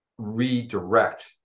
redirect